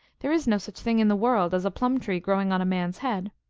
there is no such thing in the world as a plum-tree growing on a man s head.